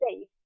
safe